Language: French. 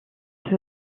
peut